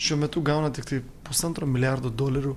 šiuo metu gauna tiktai pusantro milijardo dolerių